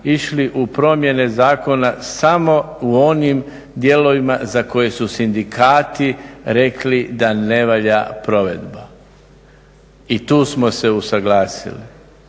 išli u promjene zakona samo u onim dijelovima za koje su sindikati rekli da ne valja provedba i tu smo se usuglasili.